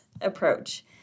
approach